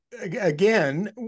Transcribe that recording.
again